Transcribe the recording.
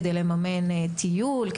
כדי לממן טיול,